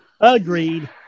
Agreed